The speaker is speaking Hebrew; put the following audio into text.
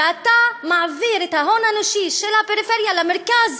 ואתה מעביר את ההון האנושי של הפריפריה למרכז.